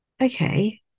okay